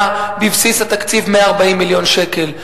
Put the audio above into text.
היה בבסיס התקציב 140 מיליון שקל.